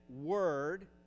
word